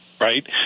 right